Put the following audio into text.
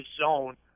zone